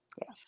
Yes